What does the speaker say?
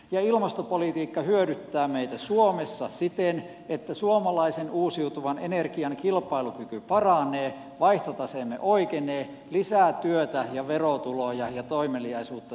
ja ilmastopolitiikka hyödyttää meitä suomessa siten että suomalaisen uusiutuvan energian kilpailukyky paranee vaihtotaseemme oikenee lisää työtä ja verotuloja ja toimeliaisuutta tulee suomeen